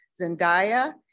Zendaya